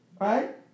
right